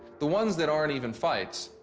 the ones that aren't even fights,